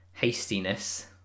hastiness